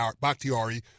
Bakhtiari